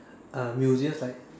uh museums like